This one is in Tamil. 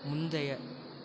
முந்தைய